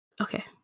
Okay